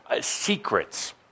secrets